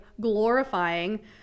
glorifying